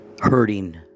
Hurting